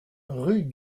rue